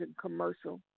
commercial